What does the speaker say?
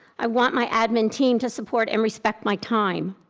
i want my admin team to support and respect my time.